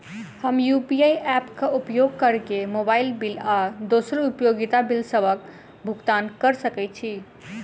हम UPI app क उपयोग करके मोबाइल बिल आ दोसर उपयोगिता बिलसबक भुगतान कर सकइत छि